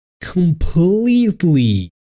completely